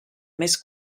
més